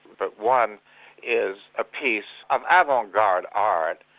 but one is a piece of avant-garde art,